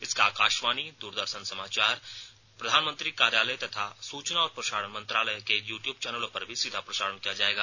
इसका आकाशवाणी दूरदर्शन समाचार प्रधानमंत्री कार्यालय तथा सूचना और प्रसारण मंत्रालय के यू ट्यूब चैनलों पर भी सीधा प्रसारण किया जाएगा